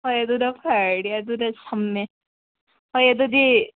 ꯍꯣꯏ ꯑꯗꯨꯅ ꯐꯔꯅꯤ ꯑꯗꯨꯅ ꯁꯝꯃꯦ ꯍꯣꯏ ꯑꯗꯨꯗꯤ